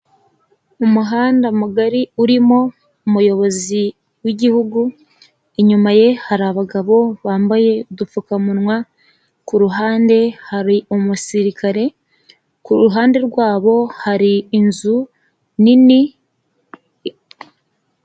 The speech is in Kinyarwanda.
Umuhanda mugari urimo umuyobozi w'igihugu, inyuma ye hari abagabo bambaye udupfukamunwa, kuruhande hari umusirikare, kuruhande rwabo hari inzu nini.